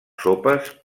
sopes